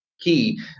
key